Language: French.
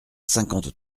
cinquante